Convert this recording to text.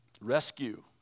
rescue